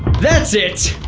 that's it,